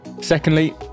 Secondly